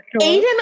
Aiden